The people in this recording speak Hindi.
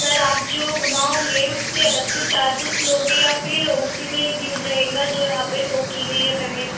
सर आप जो घूमाओगे उसके अलग से चार्जेज लोगे या उसी में इनक्लूड रहेगा जो यहाँ पर सो की गई हैं पेमेंट